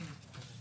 הינה, הוא.